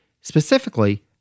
specifically